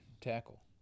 tackle